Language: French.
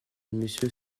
monsieur